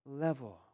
level